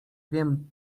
wiem